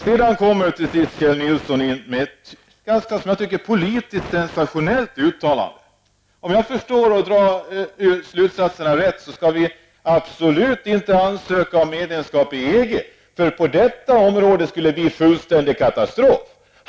Sedan gjorde Kjell Nilsson ett ganska sensationellt politiskt uttalande, tycker jag. Om jag har dragit rätt slutsatser, skall vi absolut inte ansöka om medlemskap i EG, för då skulle det bli en fullständig katastrof på detta område.